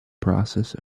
process